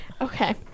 Okay